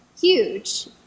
Huge